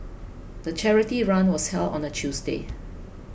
the charity run was held on a Tuesday